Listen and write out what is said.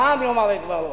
העם יאמר את דברו.